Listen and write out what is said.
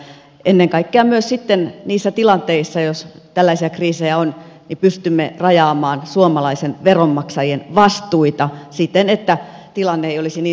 ennen kaikkea myös sitten niissä tilanteissa jos tällaisia kriisejä on pystymme rajaamaan suomalaisten veronmaksajien vastuita siten että tilanne ei olisi niin surullinen